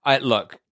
Look